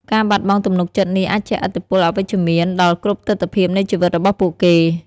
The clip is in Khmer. ការបាត់បង់ទំនុកចិត្តនេះអាចជះឥទ្ធិពលអវិជ្ជមានដល់គ្រប់ទិដ្ឋភាពនៃជីវិតរបស់ពួកគេ។